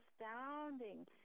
astounding